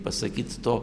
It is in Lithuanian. pasakyt to